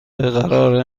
قرار